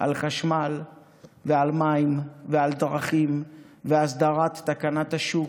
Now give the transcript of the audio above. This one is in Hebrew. על חשמל ועל מים ועל דרכים והסדרת תקנת השוק,